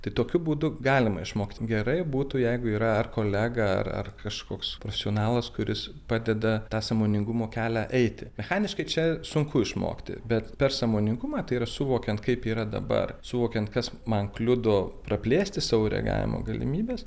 tai tokiu būdu galima išmokti gerai būtų jeigu yra ar kolega ar ar kažkoks profesionalas kuris padeda tą sąmoningumo kelią eiti mechaniškai čia sunku išmokti bet per sąmoningumą tai yra suvokiant kaip yra dabar suvokiant kas man kliudo praplėsti savo reagavimo galimybes